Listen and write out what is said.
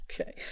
Okay